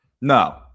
No